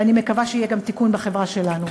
ואני מקווה שיהיה גם תיקון בחברה שלנו.